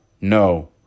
No